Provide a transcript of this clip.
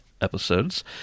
episodes